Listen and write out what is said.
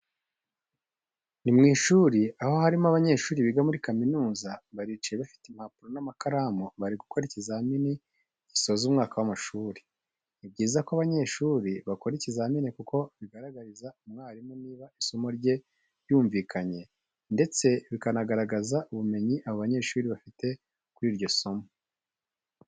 Ni mu ishuri aho harimo abanyeshuri biga muri kaminuza, baricaye bafite impapuro n'amakaramu bari gukora ikizamini gisoza umwaka w'amashuri. Ni byiza ko abanyeshuri bakora ikizamini kuko bigaragariza umwarimu niba isomo rye ryarumvikanye ndetse bikanagaragaza ubumenyi abo banyeshuri bafite kuri iryo somo.